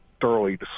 thoroughly